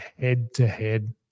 head-to-head